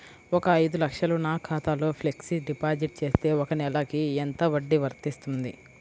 ఒక ఐదు లక్షలు నా ఖాతాలో ఫ్లెక్సీ డిపాజిట్ చేస్తే ఒక నెలకి ఎంత వడ్డీ వర్తిస్తుంది?